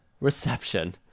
Reception